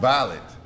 Violent